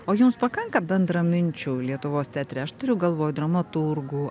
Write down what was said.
o jums pakanka bendraminčių lietuvos teatre aš turiu galvoj dramaturgų